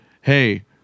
hey